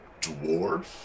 dwarf